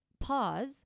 pause